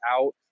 out